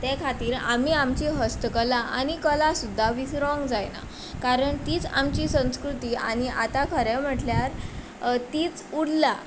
ते खातीर आमी आमची हस्तकला आनी कला सुद्दां विसरोंक जायना कारण तीच आमची संस्कृती आनी आतां खरें म्हटल्यार तीच उरल्या